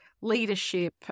leadership